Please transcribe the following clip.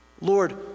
Lord